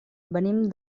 venim